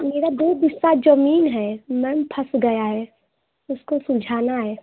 मेरी दो बिस्सा ज़मीन है मैम फंस गई है उसको सुलझाना है